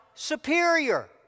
superior